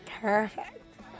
Perfect